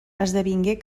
esdevingué